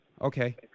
Okay